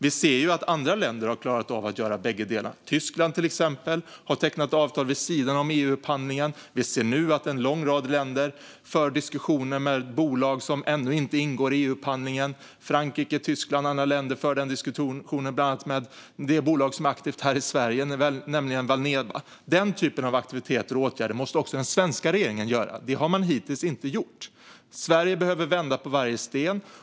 Vi ser att andra länder har klarat av att göra båda sakerna. Till exempel Tyskland har tecknat avtal vid sidan om EU-upphandlingen. Vi ser nu att en lång rad länder för diskussioner med bolag som ännu inte ingår i EU-upphandlingen. Frankrike, Tyskland och andra länder för den diskussionen bland annat med det bolag som är aktivt här i Sverige, nämligen Valneva. Den typen av aktiviteter och åtgärder måste också den svenska regeringen göra. Det har man hittills inte gjort. Sverige behöver vända på varje sten.